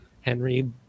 Henry